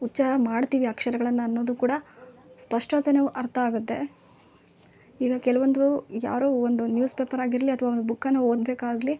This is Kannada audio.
ಉಚ್ಚಾರ ಮಾಡ್ತೀವಿ ಅಕ್ಷರಗಳನ್ನು ಅನ್ನೋದು ಕೂಡ ಸ್ಪಷ್ಟವಾತನೆ ಅರ್ಥ ಆಗುತ್ತೆ ಈಗ ಕೆಲವೊಂದು ಯಾರೋ ಒಂದು ನ್ಯೂಸ್ ಪೇಪರ್ ಆಗಿರಲಿ ಅಥ್ವ ಬುಕನ್ನು ಓದಬೇಕಾಗ್ಲಿ